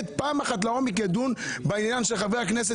פעם אחת ידון לעומק בעניין של חברי הכנסת.